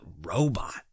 robot